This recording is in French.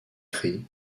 cris